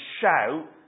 shout